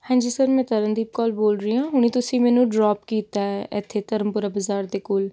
ਹਾਂਜੀ ਸਰ ਮੈਂ ਤਰਨਦੀਪ ਕੌਰ ਬੋਲ ਰਹੀ ਹਾਂ ਹੁਣ ਤੁਸੀਂ ਮੈਨੂੰ ਡਰੋਪ ਕੀਤਾ ਇੱਥੇ ਧਰਮਪੁਰਾ ਬਾਜ਼ਾਰ ਦੇ ਕੋਲ